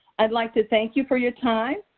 i'd like to thank you for your time.